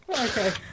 okay